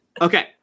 Okay